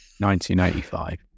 1985